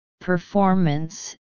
performance